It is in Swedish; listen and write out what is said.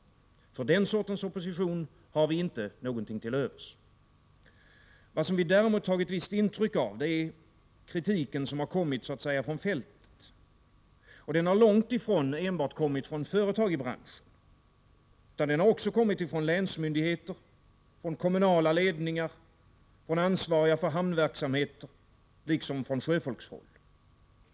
För den sortens opposition har vi inte något till övers. Vad vi däremot har tagit visst intryck av är kritiken som har kommit så att säga från fältet. Och den har långt ifrån enbart kommit från företag i branschen. Den har också kommit från länsmyndigheter, från kommunala ledningar, från ansvariga för hamnverksamheter liksom från sjöfolkshåll.